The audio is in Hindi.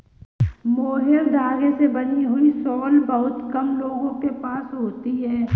मोहैर धागे से बनी हुई शॉल बहुत कम लोगों के पास होती है